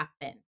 happen